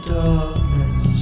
darkness